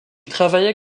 travailla